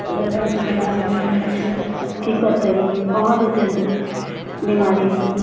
रङ्ग रङ्गके बिमारी भेल रहै छै की करतै गन कहाँ जैतै लोग बिमारीसॅं